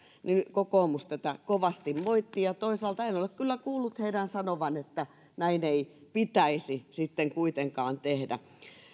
kokoomus tätä kovasti moittii ja toisaalta en ole ole kyllä kuullut heidän sanovan että näin ei pitäisi sitten kuitenkaan tehdä